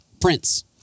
Prince